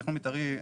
תכנון מתארי,